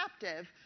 captive